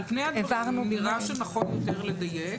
על פני הדברים נראה שנכון יותר לדייק